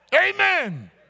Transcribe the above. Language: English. Amen